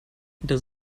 das